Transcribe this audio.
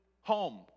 home